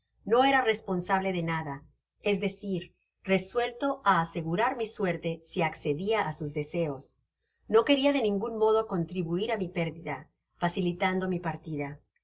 no era responsable de nada es decir resuelto áasegurar mi suerte si accedia á'sus deseos no queria de ningun modo contribuir á mi pérdida facilitando mi partida